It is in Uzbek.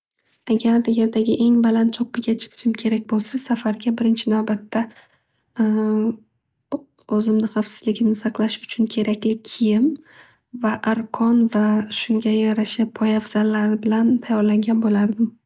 Agarda yerdagi eng baland cho'qqiga chiqishim kerak bo'ganda safarga birinchi navbatda o'zimni vavfsizligimni saqlash uchun kerakli kiyim va arqon va shunga yarasha poyafzallar bilan tayorlangan bo'lardim.